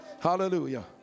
Hallelujah